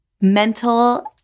mental